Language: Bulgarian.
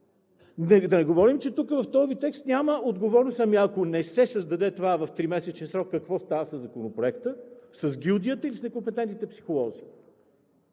Да не говорим, че в този текст няма отговорност. Ами, ако не се създаде това в тримесечен срок, какво става със Законопроекта, с гилдията и с некомпетентните психолози?